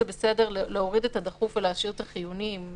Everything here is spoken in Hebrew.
זה בסדר להוריד את הדחוף ולהשאיר את החיוני.